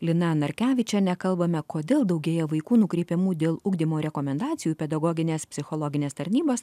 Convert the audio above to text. lina narkevičienė kalbame kodėl daugėja vaikų nukreipiamų dėl ugdymo rekomendacijų pedagoginės psichologinės tarnybos